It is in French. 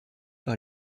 par